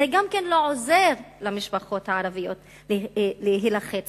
זה גם לא עוזר למשפחות הערביות להיחלץ